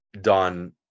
done